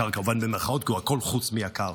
"יקר", כמובן, במירכאות, כי הוא הכול חוץ מיקר.